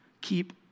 keep